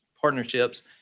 partnerships